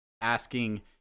asking